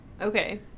Okay